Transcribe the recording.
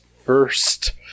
first